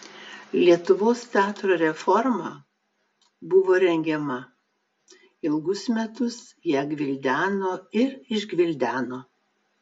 lietuvos teatro reforma buvo rengiama ilgus metus ją gvildeno ir išgvildeno